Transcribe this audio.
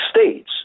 states